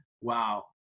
Wow